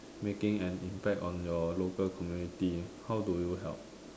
making an impact on your local community how do you help